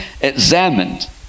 examined